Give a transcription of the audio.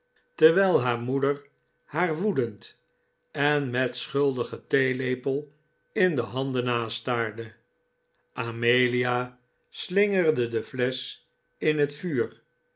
terwijl haar moeder haar woedend en met den schuldigen theelepel in de handen aanstaarde amelia slingerde de flesch in het vuur